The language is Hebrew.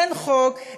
אין חוק,